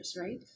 right